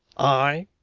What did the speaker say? aye,